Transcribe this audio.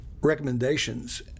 recommendations